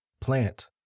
plant